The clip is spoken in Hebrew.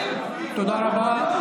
תודה רבה.